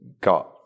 got